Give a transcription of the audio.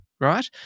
right